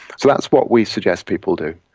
so that's what we suggest people do.